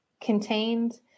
contained